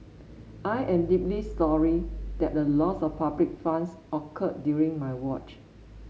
I am deeply sorry that a loss of public funds occurred during my watch